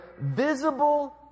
visible